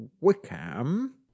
Wickham